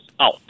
out